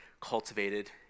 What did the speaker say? cultivated